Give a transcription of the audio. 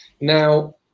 Now